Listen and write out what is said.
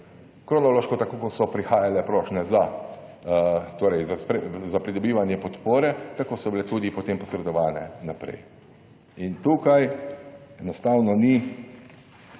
kronološko, tako kot so prihajale prošnje za pridobivanje podpore, tako so bile tudi potem posredovane naprej. In tukaj enostavno ni